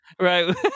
Right